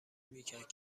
میکرد